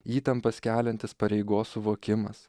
įtampas keliantis pareigos suvokimas